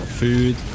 food